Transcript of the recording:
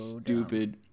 stupid